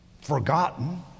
forgotten